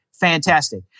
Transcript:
Fantastic